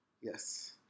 Yes